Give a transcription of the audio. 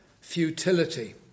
futility